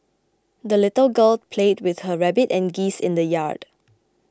the little girl played with her rabbit and geese in the yard